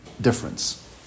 difference